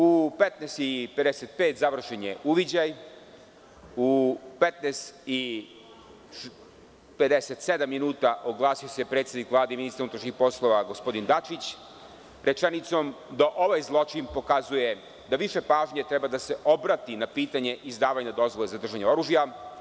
U 15,55 časova završen je uviđaj, u 15,57 časova oglasio se predsednik Vlade i ministar unutrašnjih poslova gospodin Dačić rečenicom da ovaj zločin pokazuje da više pažnje treba da se obrati na pitanje izdavanja dozvole za držanje oružja.